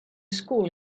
school